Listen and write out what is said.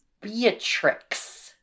beatrix